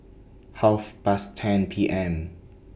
Half Past ten P M